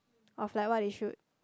of like what they should